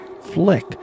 flick